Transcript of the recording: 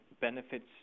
benefits